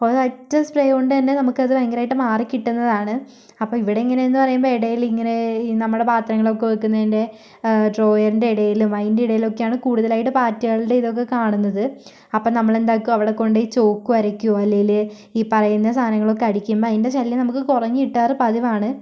ഒരൊറ്റ സ്പ്രേ കൊണ്ട് തന്നെ നമുക്ക് അത് ഭയങ്കരമായിട്ട് മാറിക്കിട്ടുന്നതാണ് അപ്പോൾ ഇവിടെ ഇങ്ങനെയെന്ന് പറയുമ്പോൾ ഇടയിലിങ്ങനെ ഈ നമ്മുടെ പാത്രങ്ങളൊക്കെ വയ്ക്കുന്നതിൻ്റെ ഡ്രോയറിൻ്റെ ഇടയിലും അതിൻ്റെ ഇടയിലൊക്കെയാണ് കൂടുതലായിട്ടും പാറ്റകളുടെ ഇതൊക്കെ കാണുന്നത് അപ്പോൾ നമ്മളെന്താക്കും അവിടെ കൊണ്ടുപോയി ചോക്ക് വരക്കുകയോ അല്ലെങ്കിൽ ഈ പറയുന്ന സാധനങ്ങളൊക്കെ അടിക്കുമ്പോൾ അതിൻ്റെ ശല്യം നമുക്ക് കുറഞ്ഞ് കിട്ടാറ് പതിവാണ്